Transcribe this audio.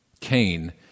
Cain